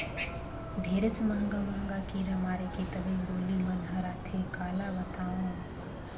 ढेरेच महंगा महंगा कीरा मारे के दवई गोली मन हर आथे काला बतावों